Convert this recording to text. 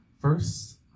first